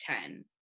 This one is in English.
ten